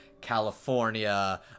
California